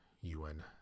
UN